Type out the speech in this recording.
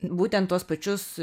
būtent tuos pačius